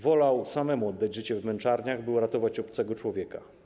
Wolał sam oddać życie w męczarniach, by uratować obcego człowieka.